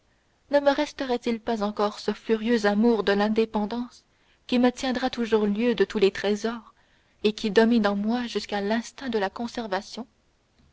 ne me resterait-il pas encore ce furieux amour de l'indépendance qui me tiendra toujours lieu de tous les trésors et qui domine en moi jusqu'à l'instinct de la conservation